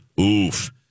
Oof